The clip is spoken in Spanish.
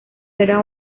era